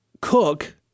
Cook